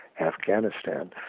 afghanistan